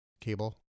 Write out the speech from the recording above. cable